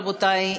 רבותי,